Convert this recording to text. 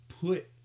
put